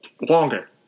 longer